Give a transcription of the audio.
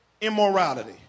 immorality